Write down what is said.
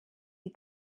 die